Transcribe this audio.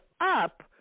up